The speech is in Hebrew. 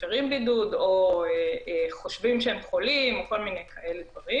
פי השב"כ היו ליד איזשהם חולים מאומתים כאלה ואחרים.